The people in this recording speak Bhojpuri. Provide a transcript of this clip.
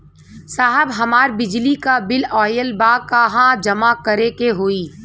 साहब हमार बिजली क बिल ऑयल बा कहाँ जमा करेके होइ?